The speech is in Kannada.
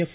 ಎಫ್